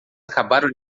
acabaram